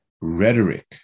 rhetoric